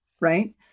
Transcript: right